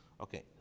Okay